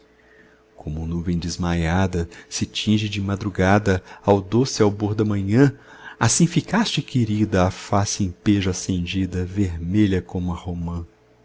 como nuvem desmaiada se tinge de madrugada ao doce albor da manhã assim ficaste querida a face em pejo acendida vermelha como a romã